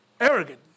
Arrogant